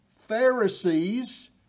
Pharisees